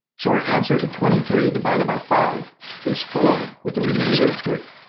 so our answer to twenty three divided by five is four with a remainder of three.